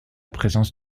présence